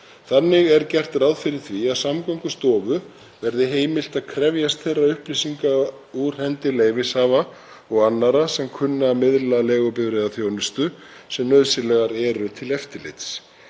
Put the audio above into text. Þannig er gert er ráð fyrir því að Samgöngustofu verði heimilt að krefjast þeirra upplýsinga úr hendi leyfishafa og annarra sem kunna að miðla leigubifreiðaþjónustu sem nauðsynlegar eru til eftirlits.